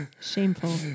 Shameful